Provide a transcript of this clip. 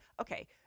okay